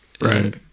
Right